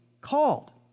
called